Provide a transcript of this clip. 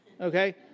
Okay